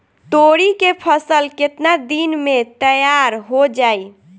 तोरी के फसल केतना दिन में तैयार हो जाई?